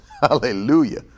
Hallelujah